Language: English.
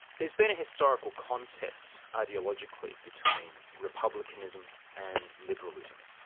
there's been a historical contest, ideologically, between republicanism and liberalism.